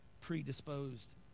predisposed